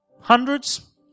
Hundreds